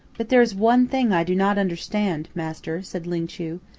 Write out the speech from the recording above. but there is one thing i do not understand master, said ling chu.